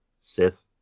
Sith